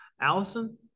Allison